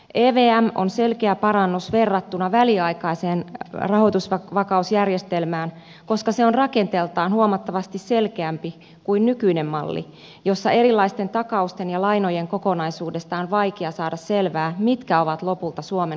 evm on selkeä parannus verrattuna väliaikaiseen rahoitusvakausjärjestelmään koska se on rakenteeltaan huomattavasti selkeämpi kuin nykyinen malli jossa erilaisten takausten ja lainojen kokonaisuudesta on vaikea saada selvää mitkä ovat lopulta suomen kokonaisvastuut